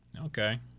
Okay